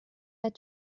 had